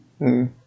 -hmm